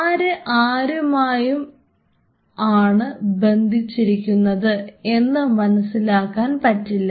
ആര് ആരുമായി ആണ് ബന്ധിച്ചിരിക്കുന്നത് എന്നു മനസ്സിലാക്കാൻ പറ്റില്ല